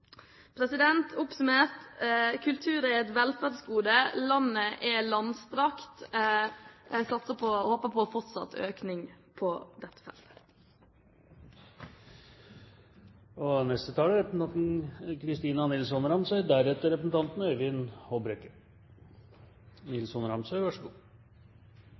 Oppsummert: Kultur er et velferdsgode, landet er langstrakt, og jeg håper på fortsatt økning på dette feltet.